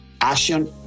action